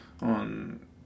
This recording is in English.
on